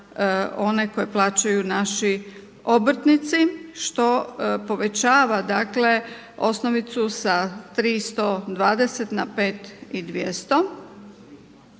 one koji plaćaju naši obrtnici što povećava dakle osnovicu sa 3120 na 5200.